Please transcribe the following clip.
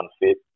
unfit